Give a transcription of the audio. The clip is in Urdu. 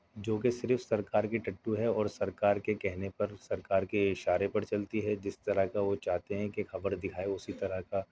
جو کہ صرف سرکار کی ٹٹو ہے اور سرکار کے کہنے پر سرکار کے اشارے پر چلتی ہے جس طرح کا وہ چاہتے ہیں کہ خبر دکھائے اسی طرح کا